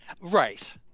Right